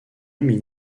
premier